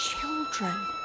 children